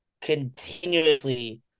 continuously